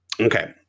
Okay